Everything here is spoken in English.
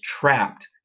trapped